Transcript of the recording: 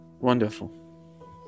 Wonderful